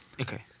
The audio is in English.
Okay